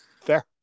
Fair